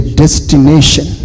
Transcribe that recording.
destination